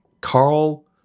Carl